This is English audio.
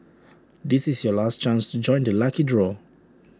this is your last chance to join the lucky draw